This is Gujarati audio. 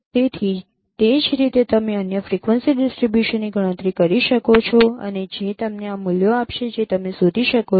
તેથી તે જ રીતે તમે અન્ય ફ્રિક્વન્સી ડિસ્ટ્રિબ્યુશનની ગણતરી કરી શકો છો અને જે તમને આ મૂલ્યો આપશે જે તમે શોધી શકો છો